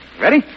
Ready